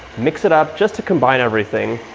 mix it up, just to combine everything.